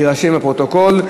יירשם בפרוטוקול.